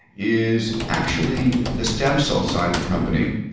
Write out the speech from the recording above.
is actually the stem cell side of the company.